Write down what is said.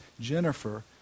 Jennifer